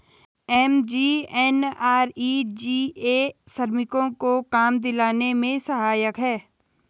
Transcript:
MGNREGA श्रमिकों को काम दिलाने में सहायक है